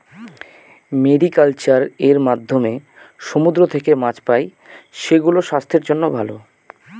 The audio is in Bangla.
মেরিকালচার এর মাধ্যমে সমুদ্র থেকে মাছ পাই, সেগুলো স্বাস্থ্যের জন্য ভালো